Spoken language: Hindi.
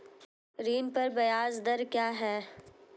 ऋण पर ब्याज दर क्या है?